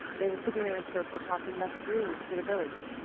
they were sitting in a circle, talking about the dreams for the village.